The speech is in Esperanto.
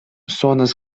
sonas